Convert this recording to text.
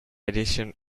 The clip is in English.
edition